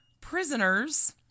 prisoners